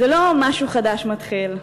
זה לא משהו חדש מתחיל,